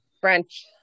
French